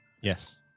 Yes